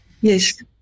Yes